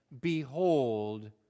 Behold